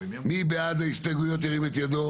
מי בעד ההסתייגויות, שירים את ידו.